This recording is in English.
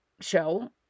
show